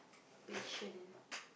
patient